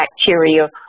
bacteria